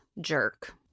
Jerk